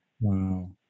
Wow